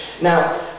Now